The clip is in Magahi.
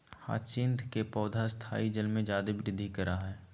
ह्यचीन्थ के पौधा स्थायी जल में जादे वृद्धि करा हइ